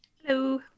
Hello